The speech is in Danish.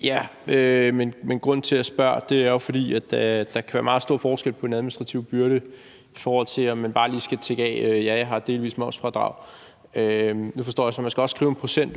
(KF): Grunden til, at jeg spørger, er jo, at der kan være meget stor forskel på den administrative byrde, i forhold til om man bare lige skal krydse af: Ja, jeg har delvis momsfradrag. Nu forstår jeg så, at man åbenbart også skal skrive en procent,